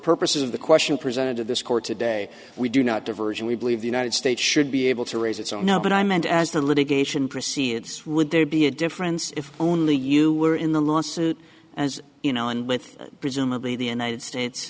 purposes of the question presented to this court today we do not diverge and we believe the united states should be able to raise its oh no but i meant as the litigation proceeds would there be a difference if only you were in the lawsuit as you know and with presumably the united states